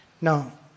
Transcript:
Now